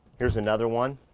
here's another one.